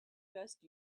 best